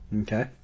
Okay